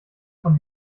von